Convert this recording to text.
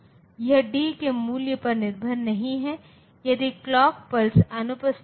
यह D के मूल्य पर निर्भर नहीं है यदि क्लॉक पल्स अनुपस्थित है